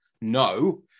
no